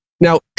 Now